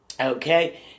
Okay